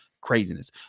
Craziness